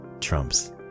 trumps